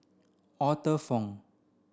Arthur Fong